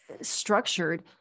structured